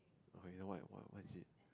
okay you know what what is it